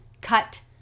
cut